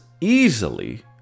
easily